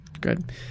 Good